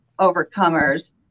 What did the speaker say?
overcomers